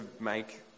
make